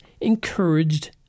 encouraged